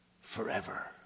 forever